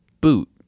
boot